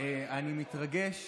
אני מתרגש